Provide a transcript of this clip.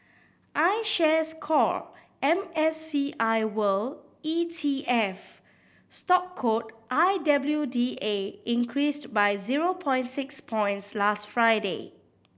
iShares Core M S C I World E T F stock code I W D A increased by zero point six points last Friday